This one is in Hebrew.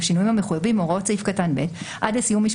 בשינויים המחויבים,